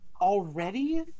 Already